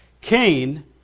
Cain